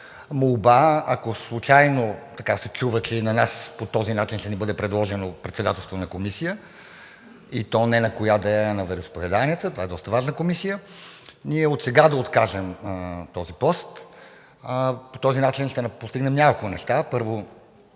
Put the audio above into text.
молба, ако случайно така се чува, че и на нас по този начин ще ни бъде предложено председателство на комисия, и то не на коя да е, а на вероизповеданията – това е доста важна комисия, ние отсега да откажем този пост. По този начин ще постигнем няколко неща.